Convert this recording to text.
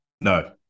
No